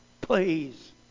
Please